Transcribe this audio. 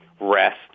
rest